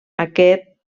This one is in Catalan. aquest